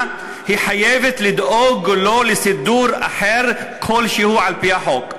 היא חייבת לדאוג לו לסידור אחר כלשהו על-פי החוק.